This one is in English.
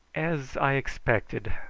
as i expected,